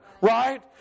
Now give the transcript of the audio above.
right